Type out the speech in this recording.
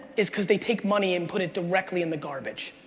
is cause they take money and put it directly in the garbage,